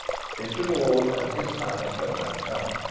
his reward and his time had now come.